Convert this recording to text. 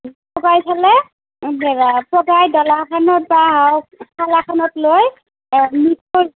পেলাই পগাই ডলা এখনত ডলাখনত লৈ